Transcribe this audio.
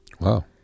Wow